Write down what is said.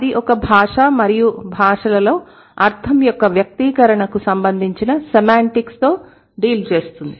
అది ఒక భాష మరియు భాషలలో అర్ధం యొక్క వ్యక్తీకరణకు సంబంధించిన సెమాంటిక్స్ తో డీల్ చేస్తుంది